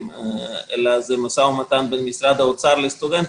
אלא זה משא ומתן בין משרד האוצר לסטודנטים,